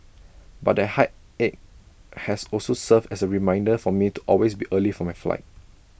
but that heartache has also served as A reminder for me to always be early for my flight